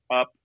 up